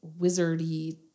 wizardy